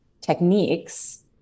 techniques